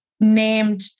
named